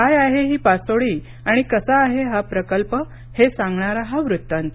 काय आहे ही पासोडी आणि कसा आहे हा प्रकल्प हे सांगणारा हा वृत्तांत